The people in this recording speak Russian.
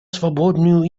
свободную